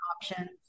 options